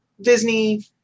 Disney